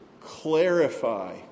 clarify